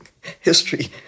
history